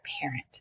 parent